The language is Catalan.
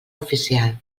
oficial